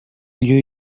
lieu